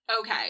Okay